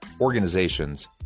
organizations